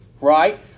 right